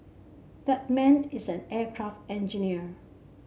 that man is an aircraft engineer